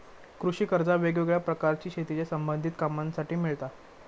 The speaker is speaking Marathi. कृषि कर्जा वेगवेगळ्या प्रकारची शेतीच्या संबधित कामांसाठी मिळता